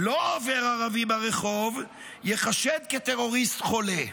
לא עובר ערבי ברחוב, ייחשד כטרוריסט חולה.